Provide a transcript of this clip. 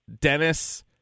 Dennis